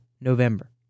November